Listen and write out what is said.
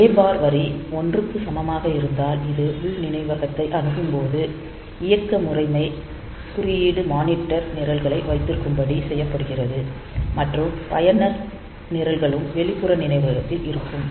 A bar வரி 1 க்கு சமமாக இருந்து இது உள் நினைவகத்தை அணுகும்போது இயக்க முறைமை குறியீடு மானிட்டர் நிரல்களை வைத்திருக்கும்படி செய்யப்படுகிறது மற்றும் பயனர் நிரல்களும் வெளிப்புற நினைவகத்தில் இருக்கும்